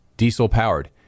diesel-powered